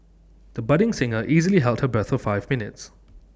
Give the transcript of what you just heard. the budding singer easily held her breath for five minutes